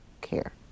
care